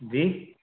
جی